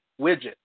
widget